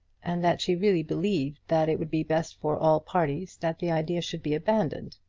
and that she really believed that it would be best for all parties that the idea should be abandoned.